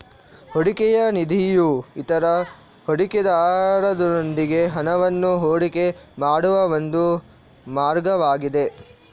ಹೂಡಿಕೆಯ ನಿಧಿಯು ಇತರ ಹೂಡಿಕೆದಾರರೊಂದಿಗೆ ಹಣವನ್ನು ಹೂಡಿಕೆ ಮಾಡುವ ಒಂದು ಮಾರ್ಗವಾಗಿದೆ